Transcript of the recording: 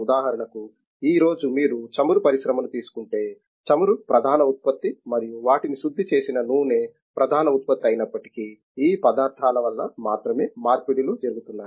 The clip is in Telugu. ఉదాహరణకు ఈ రోజు మీరు చమురు పరిశ్రమ ను తీసుకుంటే చమురు ప్రధాన ఉత్పత్తి మరియు వాటిని శుద్ధి చేసిన నూనె ప్రధాన ఉత్పత్తి అయినప్పటికీ ఈ పదార్థాల వల్ల మాత్రమే మార్పిడులు జరుగుతున్నాయి